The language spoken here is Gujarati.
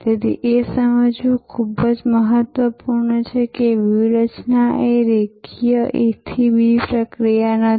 તેથી એ સમજવું ખૂબ જ મહત્વપૂર્ણ છે કે વ્યૂહરચના એ રેખીય A થી B પ્રક્રિયા નથી